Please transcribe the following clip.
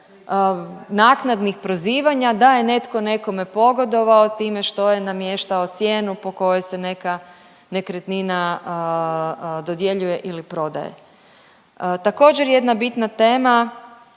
naknadnih prozivanja da je netko nekome pogodovao time što je namještao cijenu po kojoj se neka nekretnina dodjeljuje ili prodaje. Također jedna bitna tema